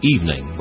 Evening